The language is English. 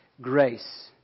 grace